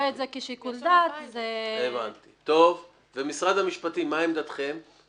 טוב שאת אומרת את זה.